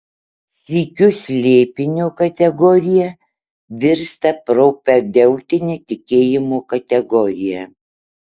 sykiu slėpinio kategorija virsta propedeutine tikėjimo kategorija